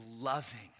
loving